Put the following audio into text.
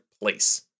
place